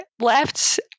left